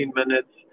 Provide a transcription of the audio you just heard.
minutes